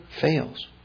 fails